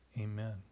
amen